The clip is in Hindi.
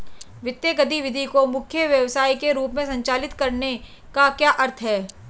वित्तीय गतिविधि को मुख्य व्यवसाय के रूप में संचालित करने का क्या अर्थ है?